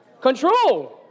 Control